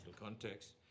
context